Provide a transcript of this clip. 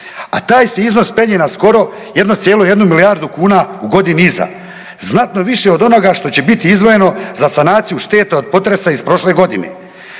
a taj se iznos penje na skoro 1,1 milijardu kuna u godini iza, znatno više od onoga što će biti izdvojeno za sanaciju šteta od potresa iz prošle godine.